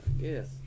Yes